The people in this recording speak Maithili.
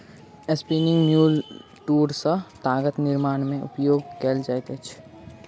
स्पिनिंग म्यूल तूर सॅ तागक निर्माण में उपयोग कएल जाइत अछि